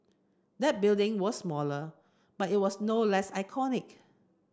that building was smaller but it was no less iconic